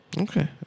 Okay